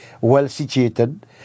well-situated